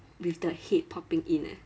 with the head popping in eh